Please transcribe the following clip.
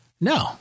No